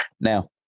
Now